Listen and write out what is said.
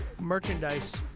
merchandise